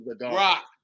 Rock